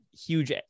huge